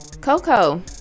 Coco